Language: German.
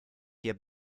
hier